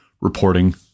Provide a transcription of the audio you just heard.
reporting